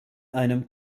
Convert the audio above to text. einem